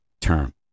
term